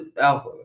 alpha